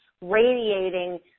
radiating